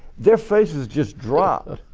their faces just dropped.